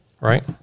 Right